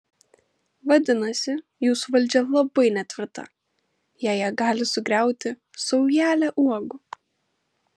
vadinasi jūsų valdžia labai netvirta jei ją gali sugriauti saujelė uogų